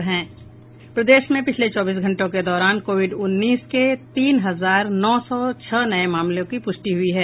प्रदेश में पिछले चौबीस घंटों के दौरान कोविड उन्नीस के तीन हजार नौ सौ छह नये मामलों की पुष्टि हुई है